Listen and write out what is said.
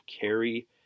carry